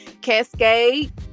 Cascade